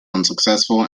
unsuccessful